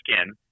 skin